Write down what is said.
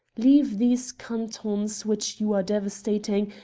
leave these cantons which you are devastating,